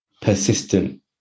persistent